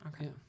okay